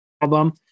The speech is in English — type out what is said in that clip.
album